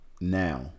now